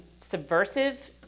subversive